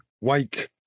wake